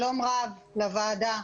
שלום רב לוועדה,